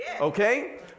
Okay